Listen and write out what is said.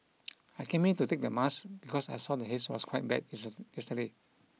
I came here to take the mask because I saw the haze was quite bad yesterday